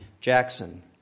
Jackson